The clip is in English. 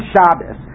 Shabbos